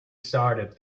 started